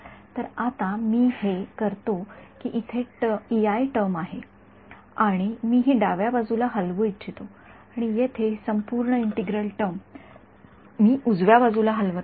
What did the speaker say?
तर आता मी हे करतो की इथे टर्म आहे मी हि डाव्या बाजूला हलवू शकतो आणि येथे हि संपूर्ण इंटिग्रल टर्म मी उजव्या बाजूला हलवत आहे